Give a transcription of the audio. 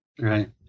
Right